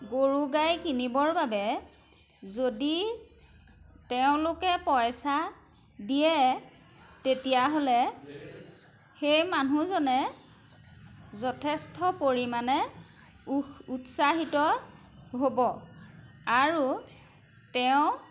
গৰু গাই কিনিবৰ বাবে যদি তেওঁলোকে পইচা দিয়ে তেতিয়াহ'লে সেই মানুহজনে যথেষ্ট পৰিমাণে উ উৎসাহিত হ'ব আৰু তেওঁ